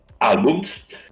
albums